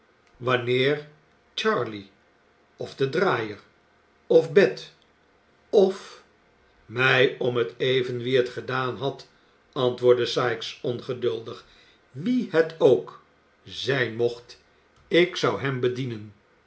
wanneer charley of de draaier of bet of mij om het even wie het gedaan had antwoordde sikes ongeduldig wie het ook zijn mocht ik zou hem bedienen